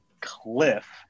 cliff